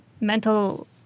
mental